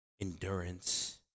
endurance